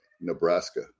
Nebraska